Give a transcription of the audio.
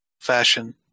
fashion